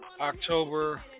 October